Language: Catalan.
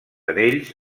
anells